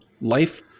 life